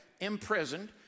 imprisoned